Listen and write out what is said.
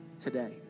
today